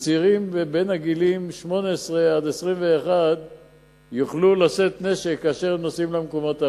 שצעירים בגילים 18 21 יוכלו לשאת נשק כאשר הם נוסעים למקומות הללו.